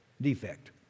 defect